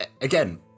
again